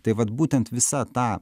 tai vat būtent visa ta